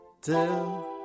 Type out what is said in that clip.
till